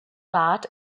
part